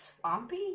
swampy